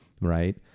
Right